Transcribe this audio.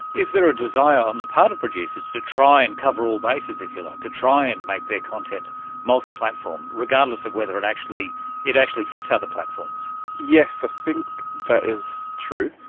is there a desire on the part of producers to try and cover all bases, if you like, to try and make their content multiplatform, regardless of whether it actually it actually fits other platforms? yes, i think that is true.